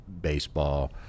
baseball